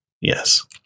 Yes